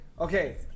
Okay